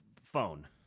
phone